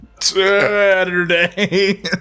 Saturday